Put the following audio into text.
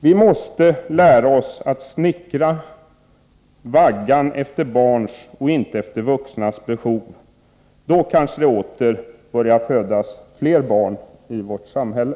Vi måste lära oss att snickra vaggan efter barns och inte efter vuxnas behov. Då kanske det åter börjar födas fler barn i vårt samhälle.